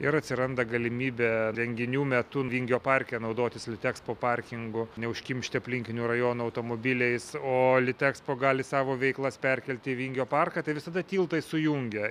ir atsiranda galimybė renginių metu vingio parke naudotis litexpo parkingu neužkimšti aplinkinių rajonų automobiliais o litexpo gali savo veiklas perkelti į vingio parką tai visada tiltai sujungia